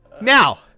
Now